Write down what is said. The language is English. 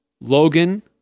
Logan